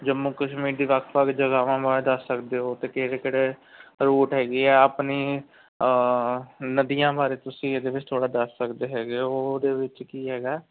ਜੰਮੂ ਕਸ਼ਮੀਰ ਦੀ ਵੱਖ ਵੱਖ ਜਗਾਵਾਂ ਬਾਰੇ ਦੱਸ ਸਕਦੇ ਹੋ ਅਤੇ ਕਿਹੜੇ ਕਿਹੜੇ ਰੂਟ ਹੈਗੇ ਆ ਆਪਣੀ ਨਦੀਆਂ ਬਾਰੇ ਤੁਸੀਂ ਇਹਦੇ ਵਿੱਚ ਥੋੜ੍ਹਾ ਦੱਸ ਸਕਦੇ ਹੈਗੇ ਹੋ ਉਹਦੇ ਵਿੱਚ ਕੀ ਹੈਗਾ